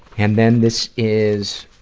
and then this is